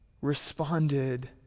responded